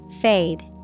Fade